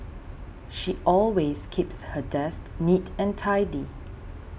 she always keeps her desk neat and tidy